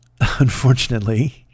unfortunately